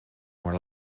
more